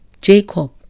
Jacob